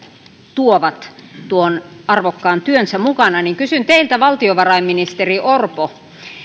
tuovat arvokkaan työnsä mukana niin kysyn teiltä valtiovarainministeri orpo